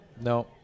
no